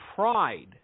pride